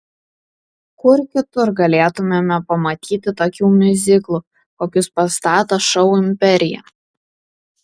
kur kitur galėtumėme pamatyti tokių miuziklų kokius pastato šou imperija